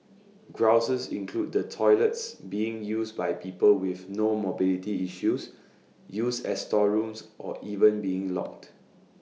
grouses include the toilets being used by people with no mobility issues used as storerooms or even being locked